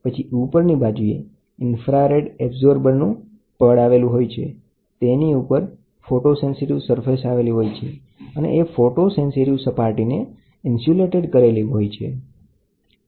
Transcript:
અને પછી તેની ઉપરની બાજુએ ઇન્ફ્રારેડ અબ્સોર્બર આવરણ છે તેની ઉપર ફોટો સેન્સિટીવ સપાટી આવેલી છે જે ઇન્સુલટેડ કરેલી છે